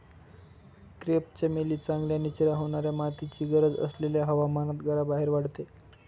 crepe चमेली चांगल्या निचरा होणाऱ्या मातीची गरज असलेल्या हवामानात घराबाहेर वाढते